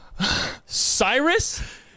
Cyrus